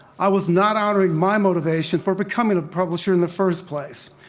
i was not honoring my motivation for becoming a publisher in the first place,